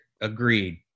agreed